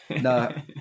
no